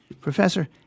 Professor